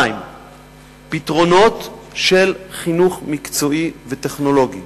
2. פתרונות של חינוך מקצועי וטכנולוגי